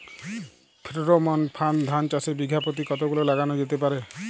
Pheromone ফাঁদ ধান চাষে বিঘা পতি কতগুলো লাগানো যেতে পারে?